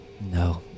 No